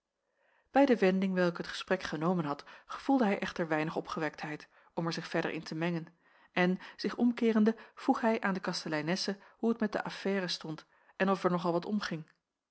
bij de wending welke het gesprek genomen had gevoelde hij echter weinig opgewektheid om er zich verder in te mengen en zich omkeerende vroeg hij aan de kasteleinesse hoe t met de affaire stond en of er nog al wat omging